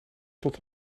tot